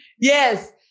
yes